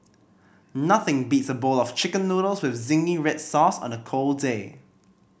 nothing beats a bowl of Chicken Noodles with zingy red sauce on a cold day